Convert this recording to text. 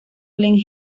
glen